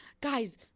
guys